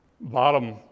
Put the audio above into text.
bottom